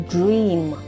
Dream